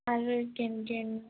ଆରୁ କେନ କେନ